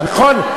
נכון.